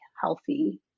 healthy